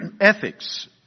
Ethics